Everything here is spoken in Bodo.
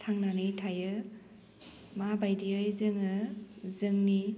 थांनानै थायो माबायदियै जोङो जोंनि